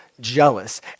jealous